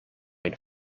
een